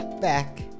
back